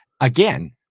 again